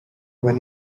when